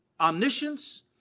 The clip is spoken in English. omniscience